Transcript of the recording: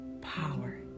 power